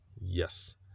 yes